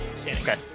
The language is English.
Okay